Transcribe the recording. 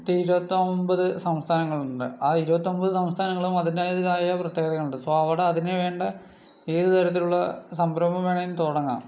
മൊത്തം ഇരുപത്തൊൻപത് സംസ്ഥാനങ്ങളുണ്ട് ആ ഇരുപത്തൊൻപത് സംസ്ഥാനങ്ങളും അതിൻ്റെതായ പ്രത്യേകതകൾ ഉണ്ട് സോ അതിന് വേണ്ട ഏത് തരത്തിലുള്ള സംരഭം വേണമെങ്കിലും തുടങ്ങാം